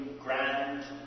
grand